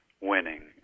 winning